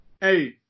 Hey